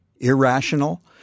irrational